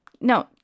No